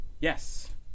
Yes